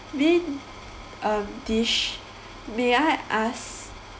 main um dish may I know